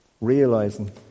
realizing